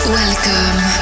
welcome